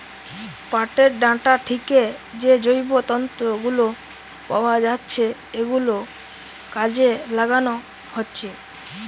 পাটের ডাঁটা থিকে যে জৈব তন্তু গুলো পাওয়া যাচ্ছে ওগুলো কাজে লাগানো হচ্ছে